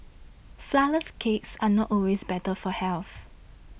Flourless Cakes are not always better for health